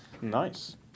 Nice